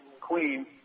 queen